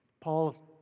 Paul